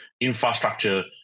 infrastructure